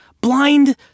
blind